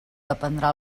dependrà